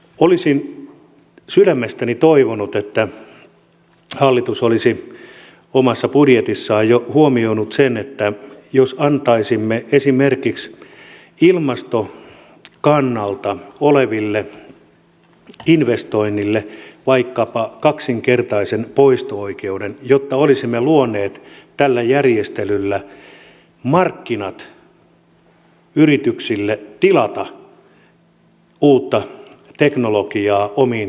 olisin sydämestäni toivonut että hallitus olisi jo omassa budjetissaan huomioinut sen niin että antaisimme esimerkiksi ilmaston kannalta oleville investoinneille vaikkapa kaksinkertaisen poisto oikeuden jotta olisimme luoneet tällä järjestelyllä markkinat yrityksille tilata uutta teknologiaa omiin tehtaisiinsa